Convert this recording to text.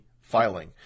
filing